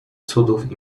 cudów